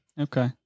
Okay